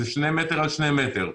זה שני מטר על שני מטר.